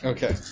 Okay